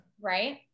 right